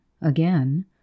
again